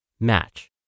Match